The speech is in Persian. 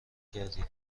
کردی